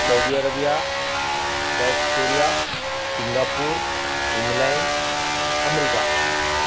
Saudi Arabia South Korea Singapore England America